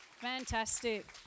fantastic